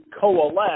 coalesce